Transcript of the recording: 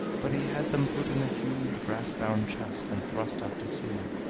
but he had them put in a huge brass-bound chest and thrust out to sea,